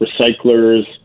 recyclers